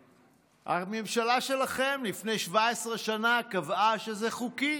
שהממשלה שלכם, לפני 17 שנה, קבעה שזה חוקי.